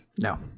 No